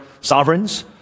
sovereigns